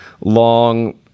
long